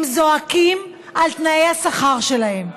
הם זועקים על תנאי השכר שלהם,